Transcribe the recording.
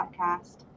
podcast